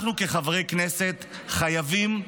אנחנו כחברי כנסת חייבים,